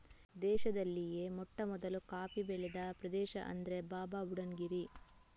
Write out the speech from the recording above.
ದೇಶದಲ್ಲಿಯೇ ಮೊಟ್ಟಮೊದಲು ಕಾಫಿ ಬೆಳೆದ ಪ್ರದೇಶ ಅಂದ್ರೆ ಬಾಬಾಬುಡನ್ ಗಿರಿ